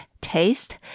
taste